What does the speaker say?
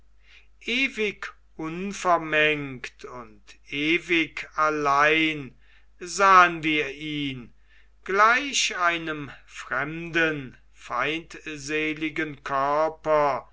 ewig unvermengt und ewig allein sahen wir ihn gleich einem fremden feindseligen körper